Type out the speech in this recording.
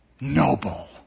noble